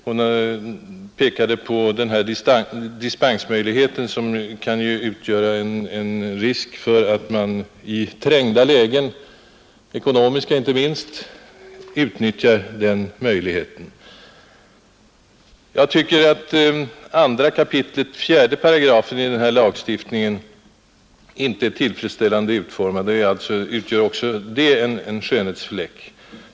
Hon pekade på dispensmöjligheten, som kan medföra risk för att man i lägen, t.ex. om vi trängs från andra staters sida — inte minst om vi skulle bli ekonomiskt trängda av stormakterna — kan komma att utnyttja möjligheten att genom dispens tillåta överljudsflyg. Jag tycker att 2 kap. 48 i luftfartslagen i sin nya version inte är tillfredsställande utformad. Också detta stadgande är alltså en ”skönhetsfläck”.